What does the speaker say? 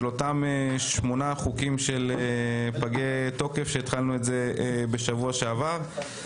אותם שמונה חוקים של פגי תוקף שהתחלנו את זה בשבוע שעבר.